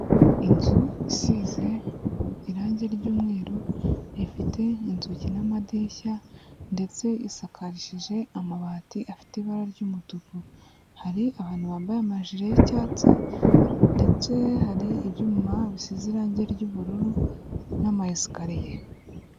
Inzu isize irangi ry'umweru, rifite inzugi n'amadirishya, ndetse isakarishije amabati afite ibara ry'umutuku, hari abantu bambaye amajire y'icyatsi, ndetse hari ibyuma bisize irangi ry'ubururu, n'amayesikariye.